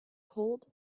cold